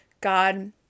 god